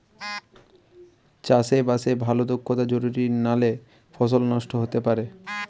চাষে বাসে ভালো দক্ষতা জরুরি নালে ফসল নষ্ট হতে পারে